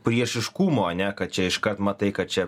priešiškumo ane kad čia iškart matai kad čia